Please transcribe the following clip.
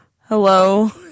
Hello